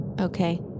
Okay